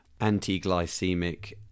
anti-glycemic